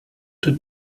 der